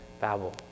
Babel